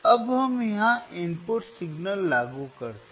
अब हम यहां इनपुट सिग्नल लागू करते हैं